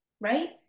right